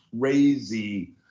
crazy